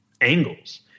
angles